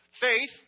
Faith